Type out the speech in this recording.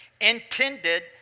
intended